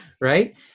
Right